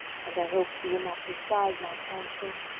and i hope you will not despise my counsel.